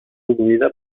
produïda